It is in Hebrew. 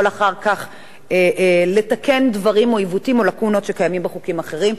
אחר כך לתקן דברים או עיוותים או לקונות שקיימים בחוקים אחרים.